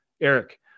Eric